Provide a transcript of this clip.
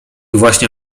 właśnie